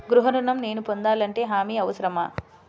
గృహ ఋణం నేను పొందాలంటే హామీ అవసరమా?